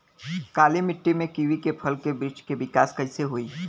काली मिट्टी में कीवी के फल के बृछ के विकास कइसे होई?